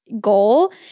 goal